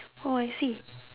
oh I see